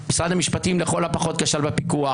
משרד המשפטים לכל הפחות כשל בפיקוח.